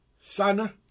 Sana